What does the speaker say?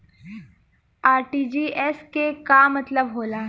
RTGS के का मतलब होला?